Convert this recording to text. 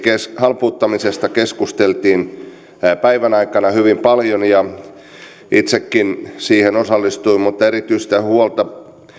halpuuttamisesta keskusteltiin päivän aikana hyvin paljon ja itsekin siihen osallistuin mutta erityistä huolta